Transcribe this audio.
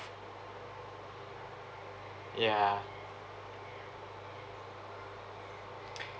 yeah